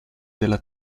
della